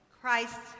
Christ